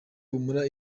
humura